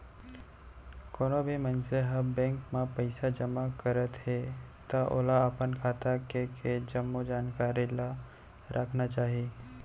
कोनो भी मनसे ह बेंक म पइसा जमा करत हे त ओला अपन खाता के के जम्मो जानकारी ल राखना चाही